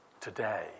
today